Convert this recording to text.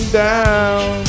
down